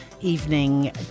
evening